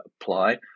apply